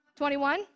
21